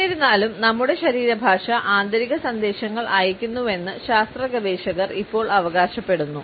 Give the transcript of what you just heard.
എന്നിരുന്നാലും നമ്മുടെ ശരീരഭാഷ ആന്തരിക സന്ദേശങ്ങൾ അയയ്ക്കുന്നുവെന്ന് ശാസ്ത്ര ഗവേഷകർ ഇപ്പോൾ അവകാശപ്പെടുന്നു